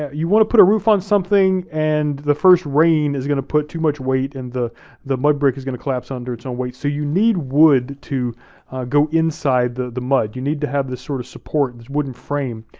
yeah you want to put a roof on something, and the first rain is gonna put too much weight and the the mud brick is gonna collapse under its own weight, so you need wood to go inside the the mud, you need to have the sort of support, this wooden frame,